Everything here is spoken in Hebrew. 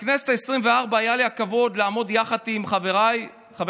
בכנסת העשרים-וארבע היה לי הכבוד לעמוד עם חבריי חבר